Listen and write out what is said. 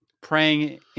praying